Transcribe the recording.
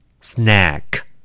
Snack